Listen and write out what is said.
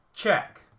Check